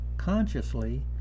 consciously